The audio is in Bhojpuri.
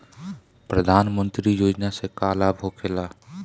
प्रधानमंत्री योजना से का लाभ होखेला?